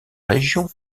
région